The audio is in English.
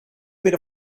made